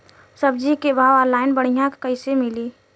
सब्जी के भाव ऑनलाइन बढ़ियां कइसे मिली?